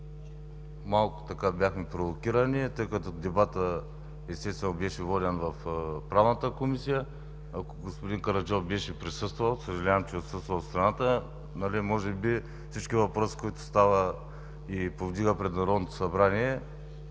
малко бяхме провокирани, тъй като дебатът естествено беше воден в Правната комисия. Ако господин Караджов беше присъствал, съжалявам, че е отсъствал от страната, може би всички въпроси, които повдига пред Народното събрание,